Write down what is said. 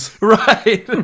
Right